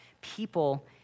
people